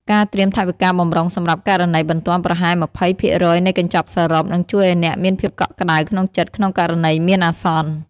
ការត្រៀមថវិកាបម្រុងសម្រាប់ករណីបន្ទាន់ប្រហែល ២០ ភាគរយនៃកញ្ចប់សរុប នឹងជួយឱ្យអ្នកមានភាពកក់ក្តៅក្នុងចិត្តក្នុងករណីមានអាសន្ន។